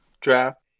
draft